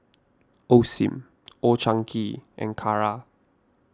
Osim Old Chang Kee and Kara